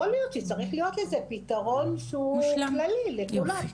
יכול להיות שצריך להיות לזה פתרון שהוא יעיל לכולם.